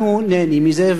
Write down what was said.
אנחנו נהנים מזה.